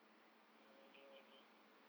mm maybe maybe